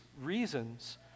reasons